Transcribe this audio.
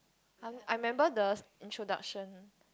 I I remember the introduction